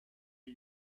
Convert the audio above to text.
are